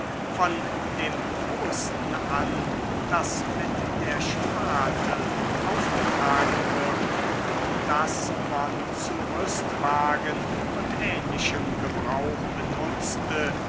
von dem rohsten an das mit der spatel aufgetragen wird und das man zu rüstwagen und ähnlichem gebrauch benutzte